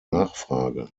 nachfrage